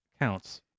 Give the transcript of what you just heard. counts